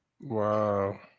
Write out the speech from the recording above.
Wow